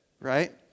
Right